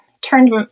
turned